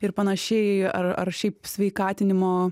ir panašiai ar ar šiaip sveikatinimo